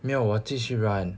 没有我继续 run